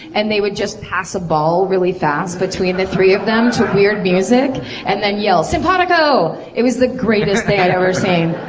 and they would just pass a ball really fast between the three of them to weird music and then yell, sympatico! it was the greatest thing i've ever seen.